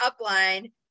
upline